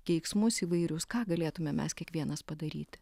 keiksmus įvairius ką galėtume mes kiekvienas padaryt